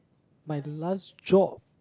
my last job